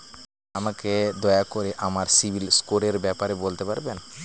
আমাকে দয়া করে আমার সিবিল স্কোরের ব্যাপারে বলতে পারবেন?